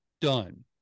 done